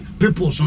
people